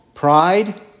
Pride